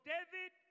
David